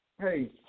hey